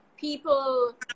people